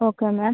okay ma'am